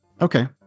Okay